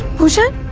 bhushan!